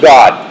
God